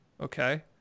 Okay